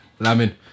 Lamin